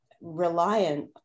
reliant